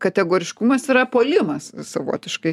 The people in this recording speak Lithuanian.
kategoriškumas yra puolimas savotiškai